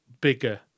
bigger